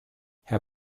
herr